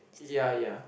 yea yea